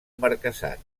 marquesat